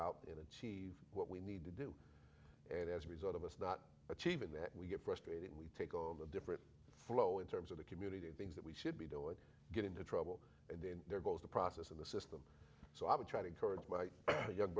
out in achieve what we need to do and as a result of us not achieving that we get frustrated we take all the different flow in terms of the community and things that we should be doing get into trouble and then there goes the process in the city so i would try to encourage my young